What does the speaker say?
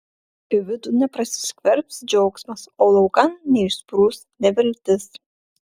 į vidų neprasiskverbs džiaugsmas o laukan neišsprūs neviltis